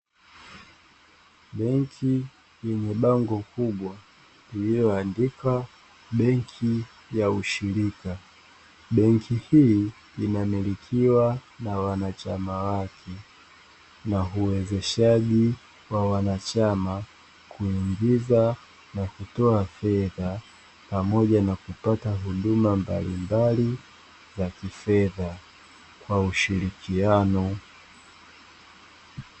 Benki yenye bango kubwa iliyoandikwa "benki ya ushirika). Benki hii inamilikiwa na wanachama wake na uwezeshaji wa wanachama kuingiza na kutoa fedha pamoja na kupata huduma mbalimbali ya kifedha kwa ushirikiano.